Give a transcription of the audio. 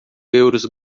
euros